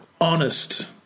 honest